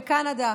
בקנדה,